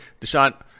Deshaun